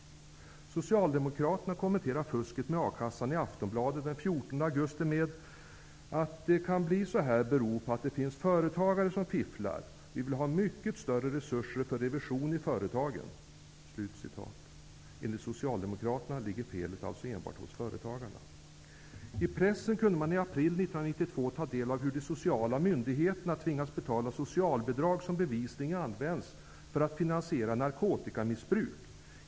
Socialdemokraterna kommenterar fusket med a-kassan i Aftonbladet den 14 augusti: ''Att det kan bli så här beror på att det finns företagare som fifflar. Vi vill ha mycket större resurser för revision i företagen.'' Enligt Socialdemokraterna ligger felet alltså enbart hos företagarna. I pressen kunde man i april 1992 ta del av hur de sociala myndigheterna tvingas betala socialbidrag som bevisligen används för att finansiera narkotikamissbruk.